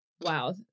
Wow